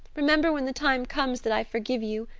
remember when the time comes that i forgive you.